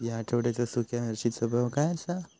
या आठवड्याचो सुख्या मिर्चीचो भाव काय आसा?